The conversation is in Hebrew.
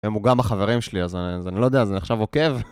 היום הוא גם בחברים שלי, אז אני לא יודע, זה נחשב עוקב?